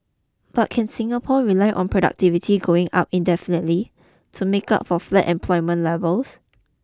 but can Singapore rely on productivity going up indefinitely to make up for flat employment levels